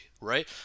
right